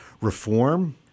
reform